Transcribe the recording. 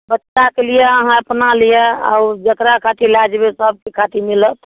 बच्चाके लिए अहाँ अपना लिए आओर जकरा खातिर लए जेबै सबके खातिर मिलत